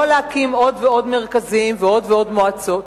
להקים עוד ועוד מרכזים ועוד ועוד מועצות,